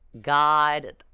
God